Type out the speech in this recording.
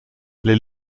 les